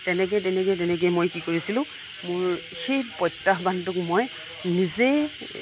তেনেকৈ তেনেকৈ তেনেকৈ মই কি কৰিছিলোঁ মোৰ সেই প্ৰত্যাহ্বানটোক মই নিজেই